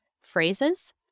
phrases